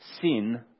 sin